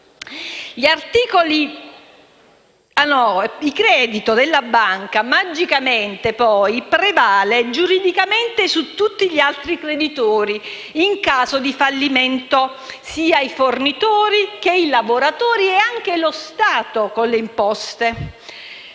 il credito della banca magicamente prevale giuridicamente su tutti gli altri creditori in caso di fallimento, sia i fornitori che i lavoratori e anche lo Stato con le imposte.